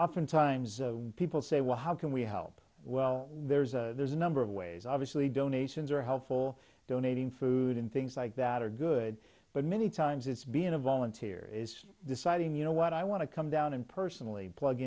oftentimes people say well how can we help well there's a there's a number of ways obviously donations are helpful donating food and things like that are good but many times it's been a volunteer is deciding you know what i want to come down and personally plug